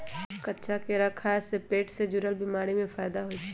कच्चा केरा खाय से पेट से जुरल बीमारी में फायदा होई छई